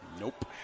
Nope